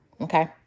Okay